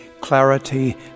clarity